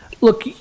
look